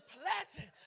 pleasant